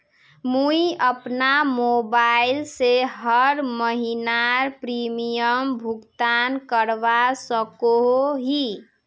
मुई अपना मोबाईल से हर महीनार प्रीमियम भुगतान करवा सकोहो ही?